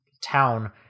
town